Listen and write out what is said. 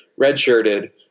redshirted